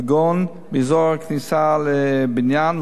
כגון באזור הכניסה לבניין,